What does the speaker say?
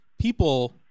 people